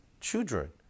Children